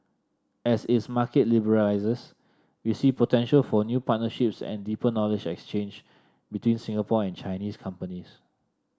as its market liberalises we see potential for new partnerships and deeper knowledge exchange between Singapore and Chinese companies